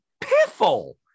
piffle